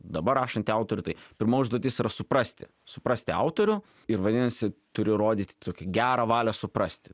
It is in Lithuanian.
dabar rašantį autorių tai pirma užduotis suprasti suprasti autorių ir vadinasi turi rodyti tokią gerą valią suprasti